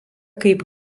kaip